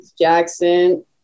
Jackson